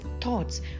thoughts